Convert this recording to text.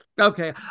Okay